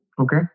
Okay